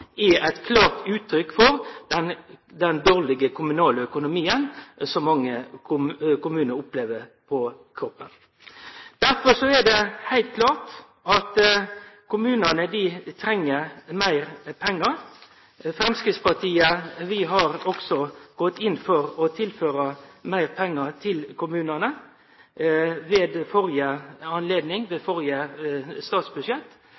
er eit klart uttrykk for den dårlege kommunale økonomien som mange kommunar opplever på kroppen. Det er derfor heilt klart at kommunane treng meir pengar. Også ved behandlinga av førre statsbudsjett gjekk Framstegspartiet inn for å tilføre meir pengar til kommunane.